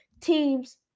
teams